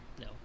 No